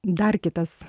dar kitas